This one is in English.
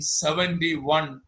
seventy-one